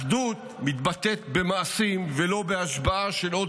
אחדות מתבטאת במעשים ולא בהשבעה של עוד